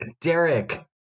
Derek